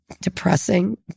depressing